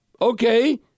Okay